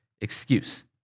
excuse